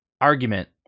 argument